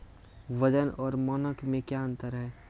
वजन और मानक मे क्या अंतर हैं?